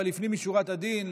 אבל לפנים משורת הדין,